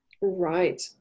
Right